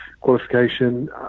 qualification